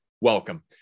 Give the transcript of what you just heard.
welcome